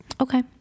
Okay